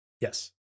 Yes